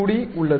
part2d உள்ளது